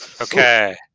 okay